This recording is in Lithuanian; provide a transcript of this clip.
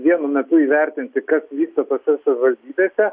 vienu metu įvertinti kas vyksta tose savivaldybėse